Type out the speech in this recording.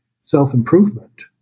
self-improvement